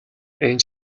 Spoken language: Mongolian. энэ